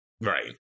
Right